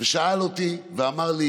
ושאל אותי, אמר לי